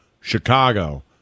Chicago